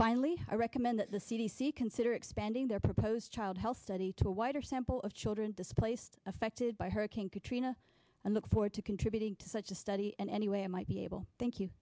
finally i recommend the c d c consider expanding their proposed child health study to a wider sample of children displaced affected by hurricane katrina and look forward to contributing to such a study and any way i might be able thank you